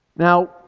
Now